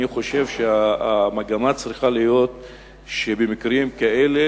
אני חושב שהמגמה צריכה להיות שמקרים כאלה,